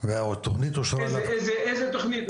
--- איזו תכנית?